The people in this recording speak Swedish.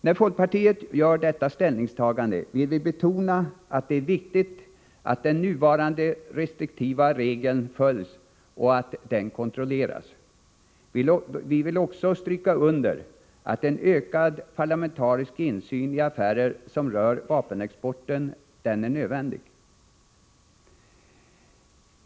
När folkpartiet gör detta ställningstagande vill vi betona att det är viktigt att de nuvarande restriktiva reglerna följs och att detta kontrolleras. Vi vill också stryka under att en ökad parlamentarisk insyn i affärer som rör vapenexporten är nödvändig.